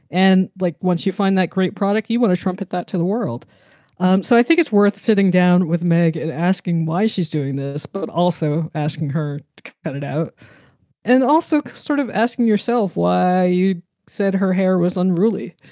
and like, once you find that great product, you want to trumpet that to the world um so i think it's worth sitting down with meg and asking why she's doing this, but also asking her get it out and also sort of asking yourself why you said her hair was unruly.